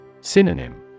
Synonym